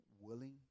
willing